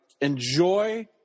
enjoy